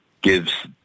gives